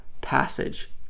passage